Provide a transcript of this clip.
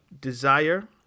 desire